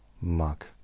Mug